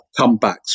comebacks